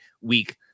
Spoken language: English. week